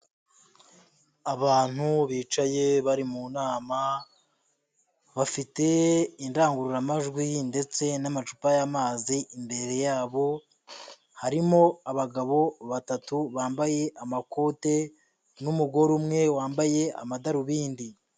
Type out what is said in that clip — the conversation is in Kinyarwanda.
Abantu bicaye bari mu nama bafite indangururamajwi ndetse n'amacupa y'amazi imbere yabo, harimo abagabo batatu bambaye amakote n'umugore umwe wambaye amadarubindi.